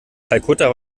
kalkutta